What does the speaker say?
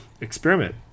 experiment